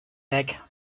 lake